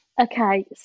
Okay